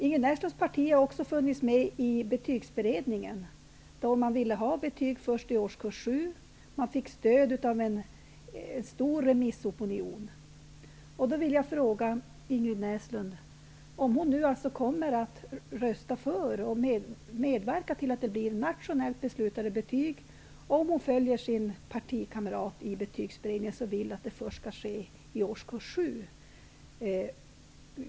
Ingrid Näslunds parti har också varit med i Betygsberedningen. Man ville då ha betyg först i årskurs 7, och man fick stöd av en stor remissopinion. Jag vill fråga Inger Näslund om hon nu kommer att rösta för och medverka till att nationellt beslutade betyg införs, om hon följer sin partikamrat i Betygsberedningen som vill att betyg skall ges först i årskurs 7.